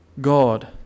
God